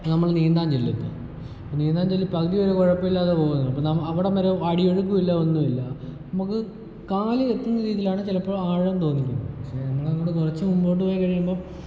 നമ്മൾ നീന്താൻ ചെല്ലുന്നു നീന്താൻ ചെല്ലുമ്പോൾ പകുതി വരെ കുഴപ്പമില്ലാതെ പോകുവാണ് അപ്പം നമുക്ക് അവിടം വരെ അടി ഒഴുക്കുല്ലാ ഒന്നും ഇല്ല നമുക്ക് കാൽ വെയ്ക്കുന്ന രീതിലാണ് ചിലപ്പം ആഴം തോന്നിക്കുന്നത് പക്ഷേ നമ്മളങ്ങോട് കുറച്ച് മുമ്പോട്ട് പോയ് കഴിയുമ്പോൾ